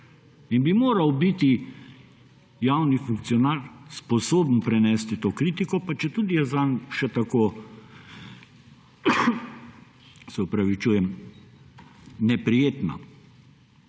In bi moral biti javni funkcionar sposoben prenesti to kritiko, pa četudi je zanj še tako neprijetna.